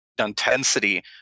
Intensity